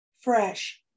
fresh